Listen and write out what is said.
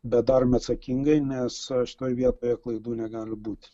bet darome atsakingai nes šitoj vietoje klaidų negali būti